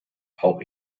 auch